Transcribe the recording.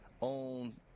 on